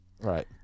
Right